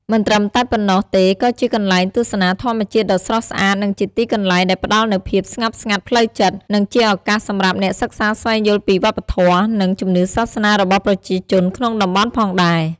មិនត្រឹមតែប៉ុណ្ណោះទេក៏ជាកន្លែងទស្សនាធម្មជាតិដ៏ស្រស់ស្អាតនឹងជាទីកន្លែងដែលផ្តល់នូវភាពស្ងប់ស្ងាត់ផ្លូវចិត្ត និងជាឱកាសសម្រាប់អ្នកសិក្សាស្វែងយល់ពីវប្បធម៌ និងជំនឿសាសនារបស់ប្រជាជនក្នុងតំបន់ផងដែរ ។